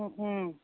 অঁ অঁ